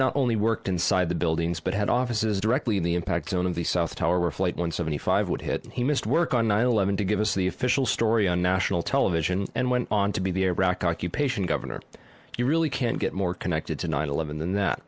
not only worked inside the buildings but had offices directly in the impact zone of the south tower or flight one seventy five would hit he missed work on nine eleven to give us the official story on national television and went on to be the iraq occupation governor you really can't get more connected to nine eleven than that